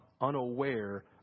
unaware